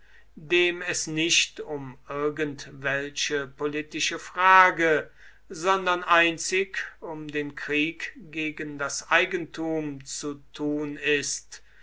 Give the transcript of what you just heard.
dem es nicht um irgend welche politische frage sondern einzig um den krieg gegen das eigentum zu tun ist